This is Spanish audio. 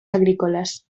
agrícolas